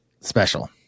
special